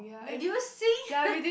reducing